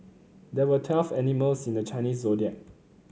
there are twelve animals in the Chinese Zodiac